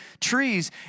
trees